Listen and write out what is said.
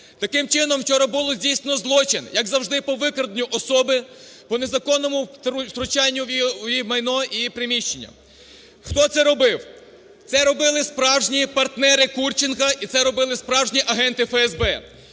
Таким чином, вчора було здійснено злочин, як завжди, по викраденню особи, по незаконному втручанню в її майно, її приміщення. Хто це робив? Це робили справжні партнери Курченка і це робили справжні агенти ФСБ.